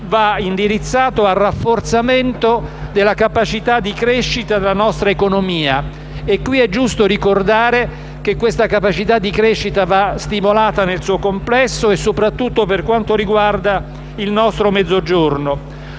indirizzato al rafforzamento della capacità di crescita della nostra economia che - è giusto ricordarlo - va stimolata nel suo complesso e soprattutto per quanto riguarda il nostro Mezzogiorno.